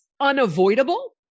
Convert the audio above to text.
unavoidable